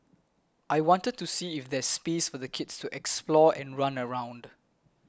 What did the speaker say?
I wanted to see if there's space for the kids to explore and run around